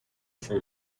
from